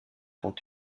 font